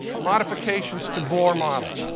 modifications to bohr model.